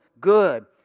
good